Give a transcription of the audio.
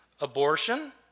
abortion